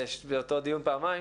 באותו דיון פעמיים,